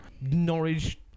Norwich